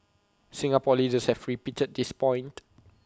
Singapore leaders have repeated this point